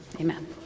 Amen